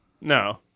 No